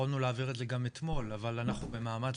יכולנו להעביר את זה גם אתמול אבל אנחנו במאמץ